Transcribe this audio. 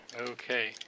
Okay